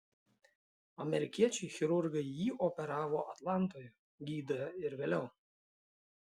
amerikiečiai chirurgai jį operavo atlantoje gydė ir vėliau